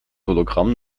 hologramm